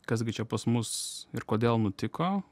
kas gi čia pas mus ir kodėl nutiko